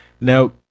Now